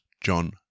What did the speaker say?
John